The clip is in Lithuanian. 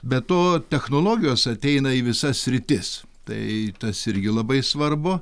be to technologijos ateina į visas sritis tai tas irgi labai svarbu